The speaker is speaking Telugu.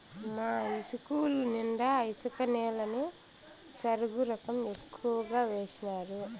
మా ఇస్కూలు నిండా ఇసుక నేలని సరుగుకం ఎక్కువగా వేసినారు